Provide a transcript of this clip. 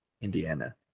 Indiana